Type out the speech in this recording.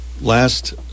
last